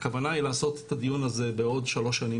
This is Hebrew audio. הכוונה היא לעשות את הדיון הזה בעוד שלוש שנים,